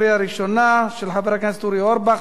של חבר הכנסת אורי אורבך,